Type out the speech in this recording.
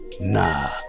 Nah